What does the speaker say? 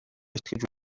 итгэж